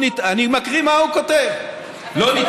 לא נכון.